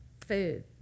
food